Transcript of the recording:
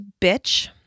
bitch